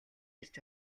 ирж